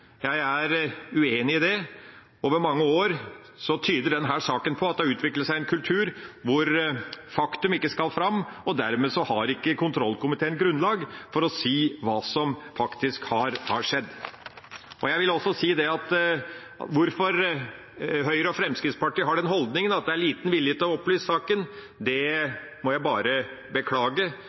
Jeg er uenig i det. Denne saken tyder på at det over mange år har utviklet seg en kultur hvor fakta ikke skal fram, og dermed har ikke kontrollkomiteen grunnlag for å si hva som faktisk har skjedd. Jeg vil også si at Høyre og Fremskrittspartiet har den holdningen at de har liten vilje til å opplyse saken – det må jeg bare beklage.